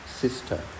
sister